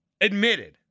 admitted